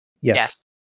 Yes